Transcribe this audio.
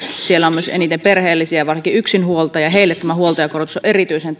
siellä on myös eniten perheellisiä varsinkin yksinhuoltajia heille tämä huoltajakorotus on erityisen